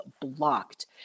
blocked